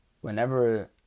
whenever